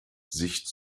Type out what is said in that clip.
sich